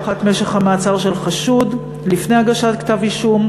משך המעצר של חשוד לפני הגשת כתב-אישום